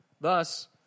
Thus